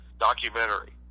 documentary